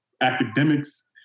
academics